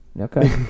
Okay